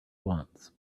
wants